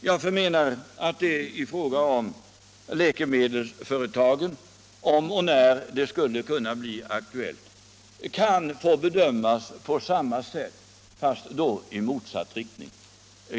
Om och när frågan blir aktuell för läkemedelsföretagen kan bedömningen göras på samma sätt men i motsatt riktning.